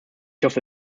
hoffe